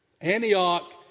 Antioch